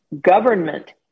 government